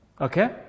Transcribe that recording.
okay